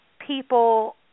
people